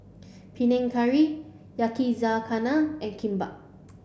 Panang Curry Yakizakana and Kimbap